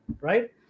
right